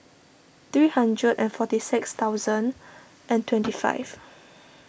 three hundred and forty six thousand and twenty five